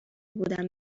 بودم